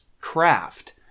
craft